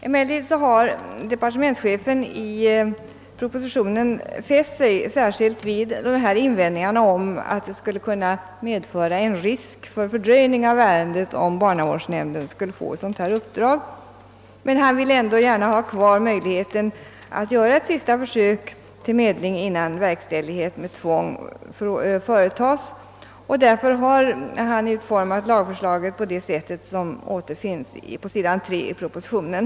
Emellertid har departementschefen i propositionen särskilt fäst sig vid invändningen att det skulle kunna med föra en risk för fördröjning av ärendet, om barnavårdsnämnden fick ett sådant uppdrag, men han vill ändå gärna behålla möjligheten att kunna göra ett sista försök till medling innan verkställighet med tvång företas. Han har därför givit lagförslaget den utformning som återfinns på s. 3 i propositionen.